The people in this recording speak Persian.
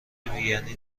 وینی